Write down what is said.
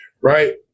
right